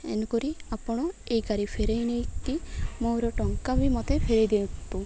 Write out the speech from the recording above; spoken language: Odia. ଏଣୁ କରି ଆପଣ ଏ ଗାଡ଼ି ଫେରାଇ ନେଇକି ମୋର ଟଙ୍କା ବି ମୋତେ ଫେରାଇ ଦିଅନ୍ତୁ